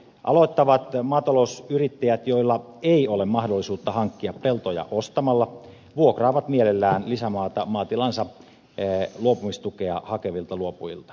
aloittavat maatalousyrittäjät joilla ei ole mahdollisuutta hankkia peltoja ostamalla vuokraavat mielellään lisämaata maatilaansa luopumistukea hakevilta luopujilta